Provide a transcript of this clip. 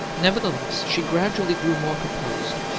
nevertheless, she gradually grew more composed,